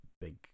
big